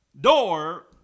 door